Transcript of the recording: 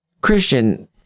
Christian